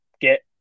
get